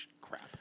crap